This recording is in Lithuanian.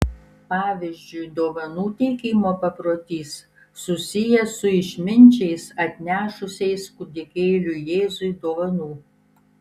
pavyzdžiui dovanų teikimo paprotys susijęs su išminčiais atnešusiais kūdikėliui jėzui dovanų